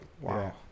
wow